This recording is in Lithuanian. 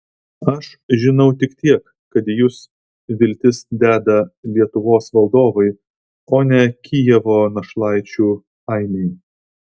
aš žinau tik tiek kad į jus viltis deda lietuvos valdovai o ne kijevo našlaičių ainiai